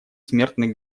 смертный